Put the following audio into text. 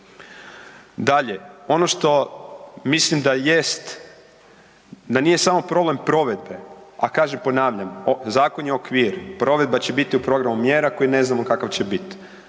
Dalje, ono što mislim da jest, da nije samo problem provedbe, a kažem, ponavljam, zakon je okvir, provedba će biti u programu mjera koje ne znamo kakav će biti.